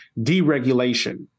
deregulation